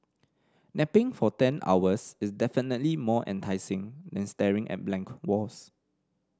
napping for ten hours is definitely more enticing than staring at blank walls